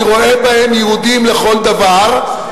אני רואה בהם יהודים לכל דבר,